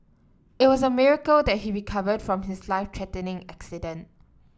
it was a miracle that he recovered from his life threatening accident